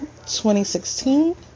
2016